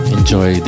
enjoy